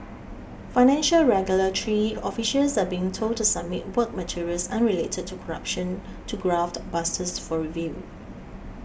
financial regulatory officials are being told to submit work materials unrelated to corruption to graft busters for review